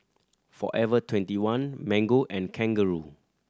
Forever Twenty one Mango and Kangaroo